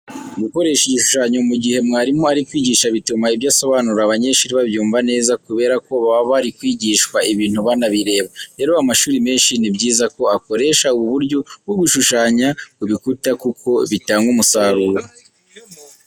Gukoresha igishushanyo mu gihe mwarimu ari kwigisha bituma ibyo asobanura abanyeshuri babyumva neza, kubera ko baba bari kwigishwa ibintu banabireba. Rero amashuri menshi ni byiza ko akoresha ubu buryo bwo gushushanya ku bikuta kuko bitanga umusasuro.